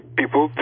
people